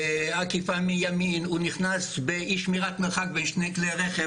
בעקיפה מימין או שהוא נכנס באי שמירת מרחק בין שני כלי רכב,